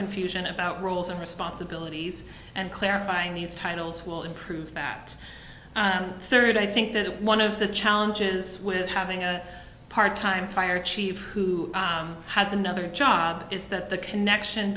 confusion about roles and responsibilities and clarifying these titles will improve that third i think that one of the challenges with having a part time fire chief who has another job is that the connection